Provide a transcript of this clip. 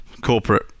corporate